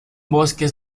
bosques